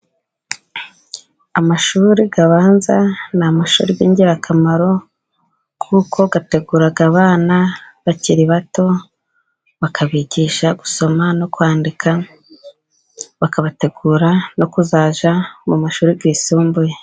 Amashuri abanza ni amashuri y'ingirakamaro kuko ategura abana bakiri bato, bakabigisha gusoma no kwandika, bakabategura no kuzajya mu mashuri yisumbuye.